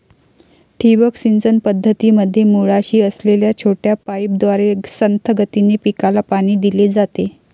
ठिबक सिंचन पद्धतीमध्ये मुळाशी असलेल्या छोट्या पाईपद्वारे संथ गतीने पिकाला पाणी दिले जाते